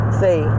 see